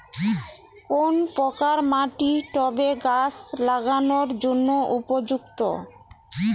কোন প্রকার মাটি টবে গাছ লাগানোর জন্য উপযুক্ত?